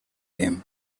him